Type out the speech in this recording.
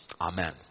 Amen